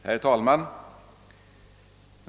Herr talman!